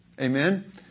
Amen